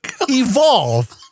evolve